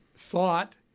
thought